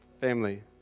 family